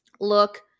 look